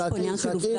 יש פה עניין של עובדה.